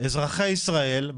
אזרחי ישראל,